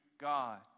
God